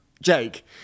Jake